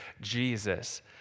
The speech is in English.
Jesus